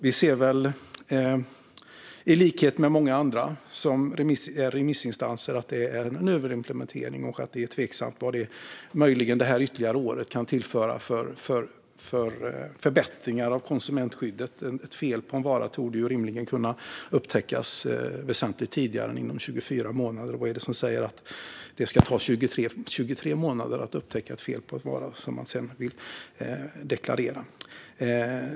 Vi ser i likhet med många andra som är remissinstanser att det är en överimplementering och att det är tveksamt vad möjligen det ytterligare året kan tillföra för förbättringar av konsumentskyddet. Ett fel på en vara torde rimligen kunna upptäckas väsentligt tidigare än inom 24 månader. Vad är det som säger att det ska ta 23 månader att upptäcka ett fel på en vara som man sedan vill reklamera?